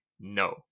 no